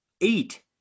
eight